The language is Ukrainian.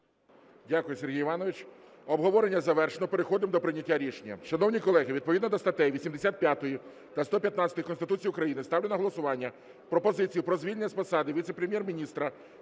Дякую, Сергій Іванович. Обговорення завершено, переходимо до прийняття рішення.